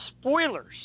spoilers